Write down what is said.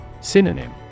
Synonym